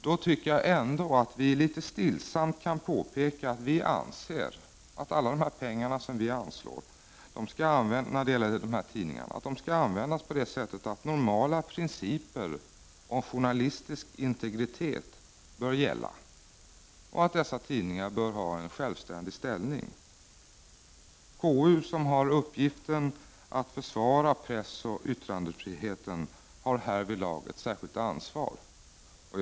Då tycker jag att vi litet stillsamt kan påpeka att vi anser att de pengar vi anslår till tidningen skall användas på det sättet att normala principer om journalistisk integritet bör gälla och att dessa tidningar bör ha en självständig ställning. KU, som har uppgiften att försvara pressoch yttrandefriheten, har härvidlag ett särskilt ansvar.